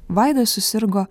vaida susirgo